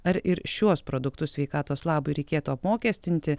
ar ir šiuos produktus sveikatos labui reikėtų apmokestinti